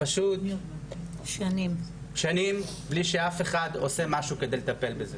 פשוט שנים בלי שאף אחד עושה משהו, כדי לטפל בזה